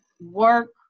work